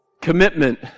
Commitment